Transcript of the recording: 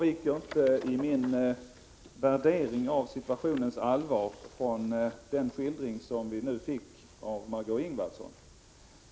Fru talman! Min värdering av situationens allvar avviker inte från den skildring som vi nu fick av Margé Ingvardsson.